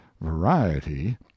variety